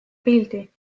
pildi